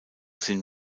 sind